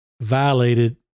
violated